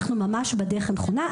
אנחנו ממש בדרך הנכונה.